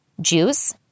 juice